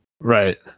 Right